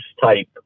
type